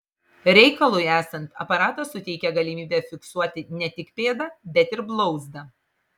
reikalui esant aparatas suteikia galimybę fiksuoti ne tik pėdą bet ir blauzdą